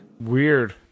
Weird